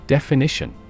Definition